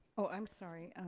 oh, i'm sorry.